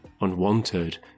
unwanted